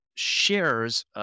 shares